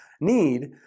need